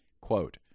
Quote